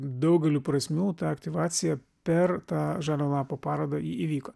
daugeliu prasmių ta aktyvacija per tą žalio lapo parodą ji įvyko